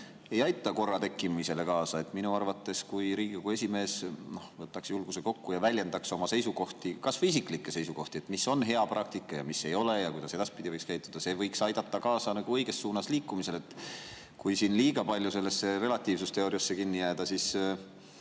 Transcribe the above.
vastustes korra tekkimisele kaasa. Minu arvates võiks see, kui Riigikogu esimees võtaks julguse kokku ja väljendaks oma seisukohti, kas või isiklikke seisukohti, mis on hea praktika ja mis ei ole ja kuidas edaspidi võiks käituda, aidata kaasa õiges suunas liikumisele. Kui liiga palju sellesse relatiivsusteooriasse kinni jääda, siis